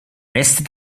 reste